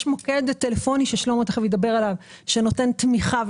יש מוקד טלפוני ששלמה תכף ידבר עליו שנותן תמיכה.